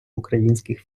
українських